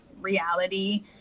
reality